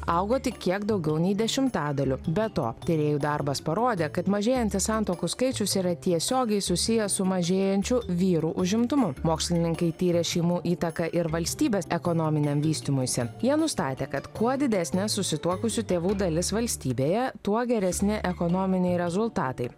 augo tik kiek daugiau nei dešimtadaliu be to tyrėjų darbas parodė kad mažėjantis santuokų skaičius yra tiesiogiai susijęs su mažėjančiu vyrų užimtumu mokslininkai tyrė šeimų įtaką ir valstybės ekonominiam vystymuisi jie nustatė kad kuo didesnė susituokusių tėvų dalis valstybėje tuo geresni ekonominiai rezultatai